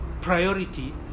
priority